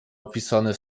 opisane